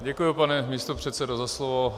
Děkuji, pane místopředsedo, za slovo.